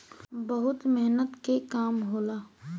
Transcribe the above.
बहुत मेहनत के काम होला